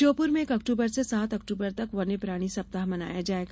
श्योप्र में एक अक्टूबर से सात अक्टूबर तक वन्य प्राणी सप्ताह मनाया जायेगा